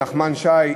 נחמן שי,